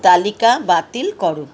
তালিকা বাতিল করো